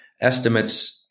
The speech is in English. estimates